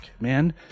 man